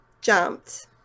jumped